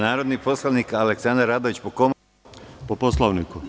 Narodni poslanik Aleksandar Radojević, povreda Poslovnika.